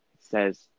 says